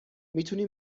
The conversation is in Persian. میتونی